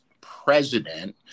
president